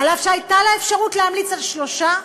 אף שהייתה לה אפשרות להמליץ על שלושה,